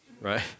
right